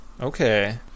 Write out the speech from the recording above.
Okay